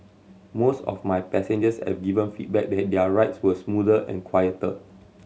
most of my passengers have given feedback that their rides were smoother and quieter